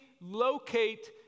locate